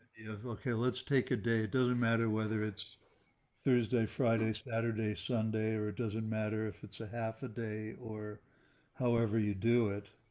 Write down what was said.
okay, let's take a day, it doesn't matter whether it's thursday, friday, saturday, sunday, or it doesn't matter if it's a half a day, or however you do it.